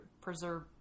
preserve